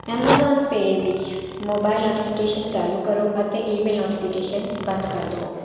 Amazon Pay ਵਿੱਚ mobile notifications ਚਾਲੂ ਕਰੋ ਅਤੇ ਈਮੇਲ ਨੋਟੀਫਿਕੇਸ਼ਨ ਬੰਦ ਕਰ ਦੇਵੋ